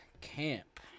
camp